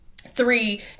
three